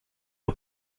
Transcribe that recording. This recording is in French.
aux